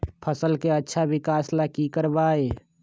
फसल के अच्छा विकास ला की करवाई?